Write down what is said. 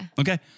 Okay